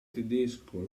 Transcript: tedesco